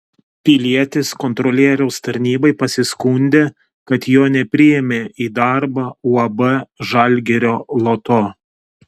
pilietis kontrolieriaus tarnybai pasiskundė kad jo nepriėmė į darbą uab žalgirio loto